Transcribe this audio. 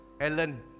Ellen